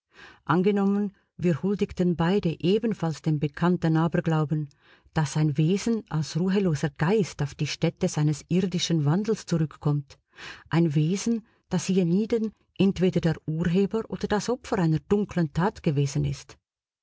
angenommen wir huldigten beide ebenfalls dem bekannten aberglauben daß ein wesen als ruheloser geist auf die stätte seines irdischen wandels zurückkommt ein wesen das hienieden entweder der urheber oder das opfer einer dunklen tat gewesen ist